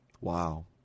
Wow